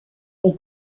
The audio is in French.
une